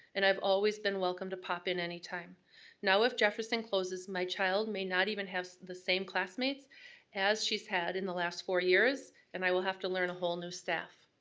and i've always been welcome to pop in any time. now if jefferson closes, my child may not even have the same classmates as she's had in the last four years, and i will have to learn a whole new staff.